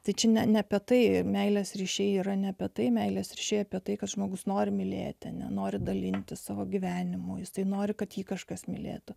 tyčinė ne apie tai meilės ryšiai yra ne apie tai meilės ryšį apie tai kad žmogus nori mylėti nenori dalintis savo gyvenimu jis tai nori kad jį kažkas mylėtų